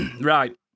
Right